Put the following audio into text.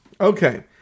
Okay